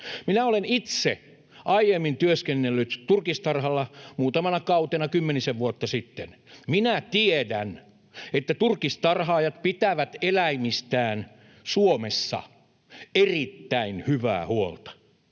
Minä olen itse aiemmin työskennellyt turkistarhalla muutamana kautena kymmenisen vuotta sitten. Minä tiedän, että turkistarhaajat pitävät eläimistään Suomessa erittäin hyvää huolta.